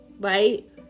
Right